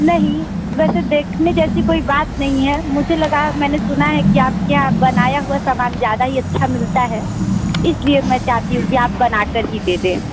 नहीं वैसे देखने जैसी कोई बात नहीं है मुझे लगा मैंने सुना है कि आप के यहाँ बनाया हुआ सामान ज़्यादा ही अच्छा मिलता है इस लिए मैं चाहती हूँ कि आप बना कर ही दे दें